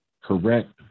Correct